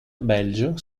belgio